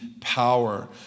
power